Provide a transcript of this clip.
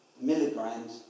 milligrams